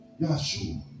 Yahshua